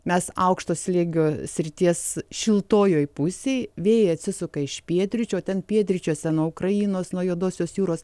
mes aukšto slėgio srities šiltojoj pusėj vėjai atsisuka iš pietryčių o ten pietryčiuose nuo ukrainos nuo juodosios jūros